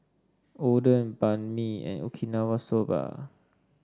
Oden Banh Mi and Okinawa Soba